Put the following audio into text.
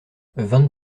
vingt